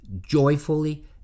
joyfully